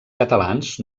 catalans